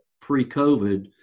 pre-COVID